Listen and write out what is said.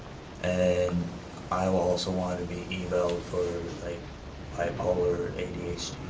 and i also wanted to be emailed for like bipolar,